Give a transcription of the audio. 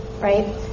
right